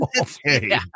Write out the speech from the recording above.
okay